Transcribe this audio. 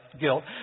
guilt